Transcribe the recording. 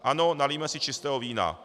Ano, nalijme si čistého vína.